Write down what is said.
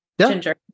Ginger